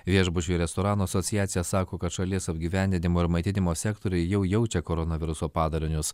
viešbučių ir restoranų asociacija sako kad šalies apgyvendinimo ir maitinimo sektoriai jau jaučia koronaviruso padarinius